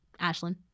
Ashlyn